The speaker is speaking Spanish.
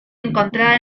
encontrada